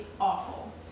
awful